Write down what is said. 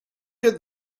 get